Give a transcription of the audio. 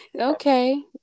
Okay